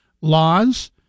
laws